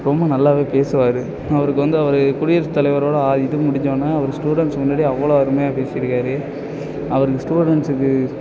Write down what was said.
ரொம்ப நல்லாவே பேசுவார் அவருக்கு வந்து அவர் குடியரசு தலைவரோட இது முடிஞ்சவோடன அவர் ஸ்டூடண்ஸ் முன்னாடி அவ்வளோ அருமையாக பேசியிருக்கார் அவருக்கு ஸ்டூடண்ஸ்க்கு